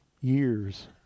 years